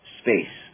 space